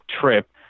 trip